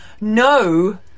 no